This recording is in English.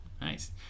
nice